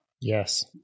Yes